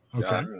okay